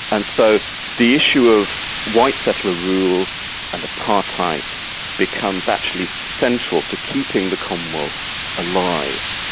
and so the issue of white settler rule and apartheid becomes actually central to keeping the commonwealth alive.